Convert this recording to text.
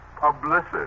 publicity